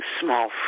small